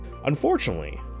Unfortunately